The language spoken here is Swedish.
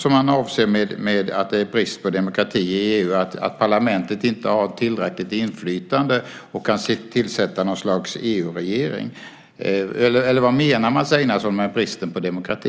Är det att parlamentet inte har tillräckligt inflytande och kan tillsätta något slags EU-regering som han avser när han säger att det är brist på demokrati i EU? Vad menar Mats Einarsson med bristen på demokrati?